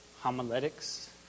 homiletics